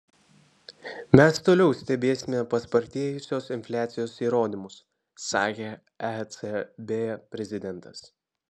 mes toliau stebėsime paspartėjusios infliacijos įrodymus sakė ecb prezidentas